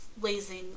lazing